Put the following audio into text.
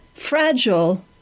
fragile